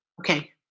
Okay